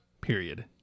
period